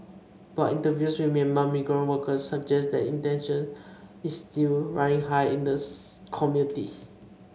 but interviews with Myanmar migrant workers suggest that tension is still running high in the community